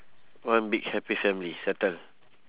one big happy family settle